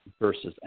versus